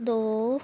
ਦੋ